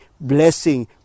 blessing